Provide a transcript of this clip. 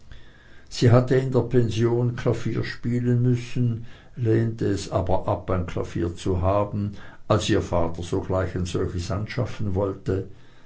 sie hatte in der pension klavier spielen müssen lehnte es aber ab ein klavier zu haben als ihr vater sogleich ein solches anschaffen wollte